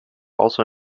also